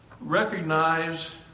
recognize